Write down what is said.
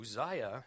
Uzziah